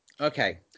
Okay